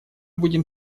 будем